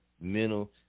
mental